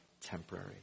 temporary